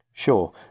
Sure